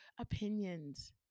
opinions